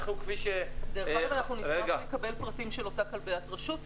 אנחנו נשמח לקבל פרטים של אותה כלביית רשות.